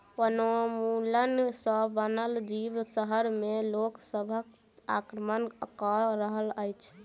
वनोन्मूलन सॅ वनक जीव शहर में लोक सभ पर आक्रमण कअ रहल अछि